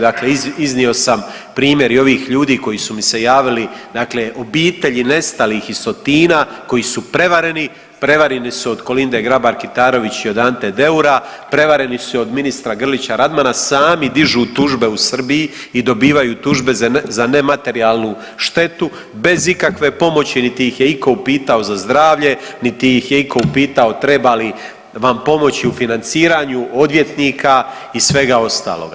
Dakle, iznio sam primjer i ovih ljudi koji su mi se javili, dakle obitelji nestalih iz Sotina koji su prevareni, prevareni su od Kolinde Grabar Kitarović i od Ante Deura, prevareni su i od ministra Grlića Radmana, sami dižu tužbe u Srbiji i dobivaju tužbe za nematerijalnu štetu bez ikakve pomoći niti ih je itko upitao za zdravlje, niti ih je itko upitao treba li vam pomoći u financiranju odvjetnika i svega ostaloga.